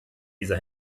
dieser